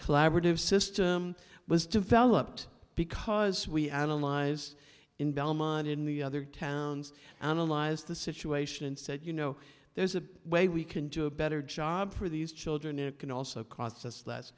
collaborative system was developed because we analyze in belmont in the other towns analyzed the situation and said you know there's a way we can do a better job for these children it can also cost us less